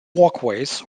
walkways